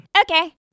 Okay